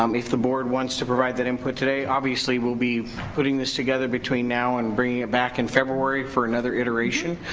um if the board wants to provide that input today. obviously we'll be putting this together between now and bringing it back in february for another iteration,